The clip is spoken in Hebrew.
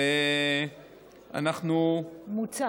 ואנחנו, מוצה.